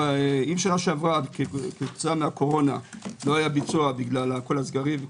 אם שנה שעברה כתוצאה מהקורונה לא היה ביצוע בגלל הסגרים,